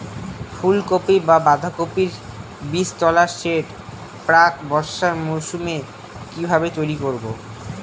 ফুলকপি বা বাঁধাকপির বীজতলার সেট প্রাক বর্ষার মৌসুমে কিভাবে তৈরি করব?